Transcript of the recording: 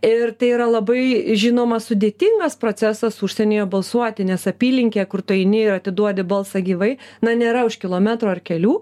ir tai yra labai žinoma sudėtingas procesas užsienyje balsuoti nes apylinkė kur tu eini ir atiduodi balsą gyvai na nėra už kilometro ar kelių